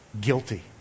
guilty